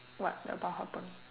what about happen